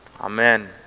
Amen